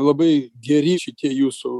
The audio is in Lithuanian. labai geri šitie jūsų